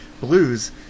Blues